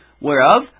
whereof